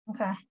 Okay